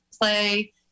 play